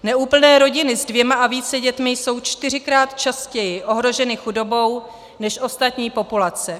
Neúplné rodiny s dvěma a více dětmi jsou čtyřikrát častěji ohroženy chudobou než ostatní populace.